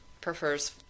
prefers